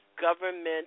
government